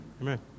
Amen